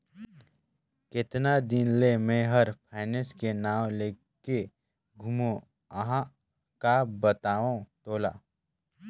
केतना दिन ले मे हर फायनेस के नाव लेके घूमें अहाँ का बतावं तोला